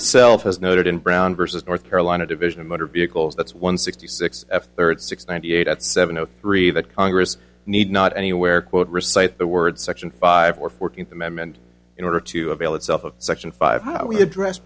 itself has noted in brown versus north carolina division of motor vehicles that's one sixty six f thirty six ninety eight at seven o three that congress need not anywhere quote recites the word section five or fourteenth amendment in order to avail itself of section five how we address